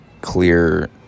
clear